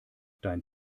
dein